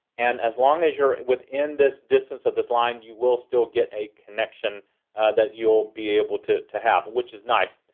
and as long as you're within this distance of this line, you will still get a connection that you'll be able to to have, which is nice.